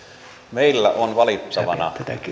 meillä on valittavana